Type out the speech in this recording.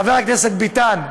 חבר הכנסת ביטן,